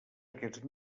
aquests